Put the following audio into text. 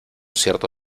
cierto